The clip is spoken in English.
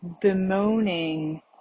bemoaning